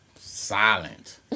Silent